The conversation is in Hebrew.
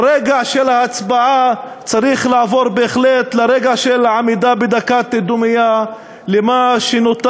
הרגע של ההצבעה צריך לעבור בהחלט לרגע של עמידה בדקת דומייה למה שנותר,